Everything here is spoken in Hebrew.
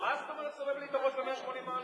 מה זאת אומרת "סובב לי את הראש ב-180 מעלות"?